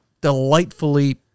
delightfully